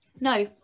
No